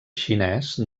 xinès